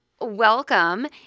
Welcome